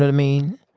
but mean?